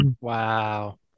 wow